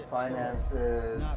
finances